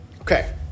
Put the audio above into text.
Okay